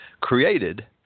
created